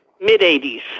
Mid-80s